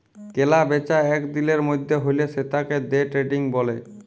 কেলা বেচা এক দিলের মধ্যে হ্যলে সেতাকে দে ট্রেডিং ব্যলে